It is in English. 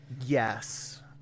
Yes